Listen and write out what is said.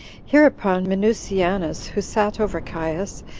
hereupon minucianus, who sat over caius,